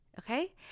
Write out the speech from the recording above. Okay